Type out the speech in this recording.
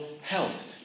health